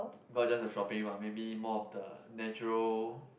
not just a shopping mah maybe more of the natural